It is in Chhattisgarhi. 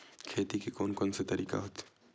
खेती के कोन कोन से तरीका होथे?